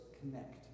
connect